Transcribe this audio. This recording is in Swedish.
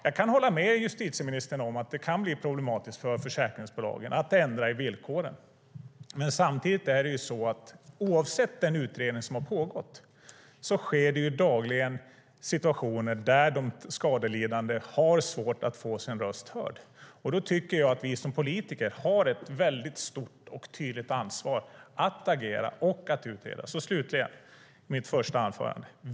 Jag kan hålla med justitieministern om att det kan bli problematiskt för försäkringsbolagen att ändra i villkoren, men samtidigt är det så att oavsett den utredning som har pågått uppstår det dagligen situationer där de skadelidande har svårt att göra sin röst hörd. Då tycker jag att vi politiker har ett väldigt stort och tydligt ansvar att agera och att utreda.